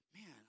man